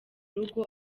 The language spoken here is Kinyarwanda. rugo